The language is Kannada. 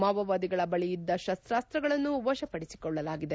ಮಾವೋವಾದಿಗಳ ಬಳಿ ಇದ್ದ ತಸ್ತಾಸ್ತಗಳನ್ನು ವಶಪಡಿಸಿಕೊಳ್ಳಲಾಗಿದೆ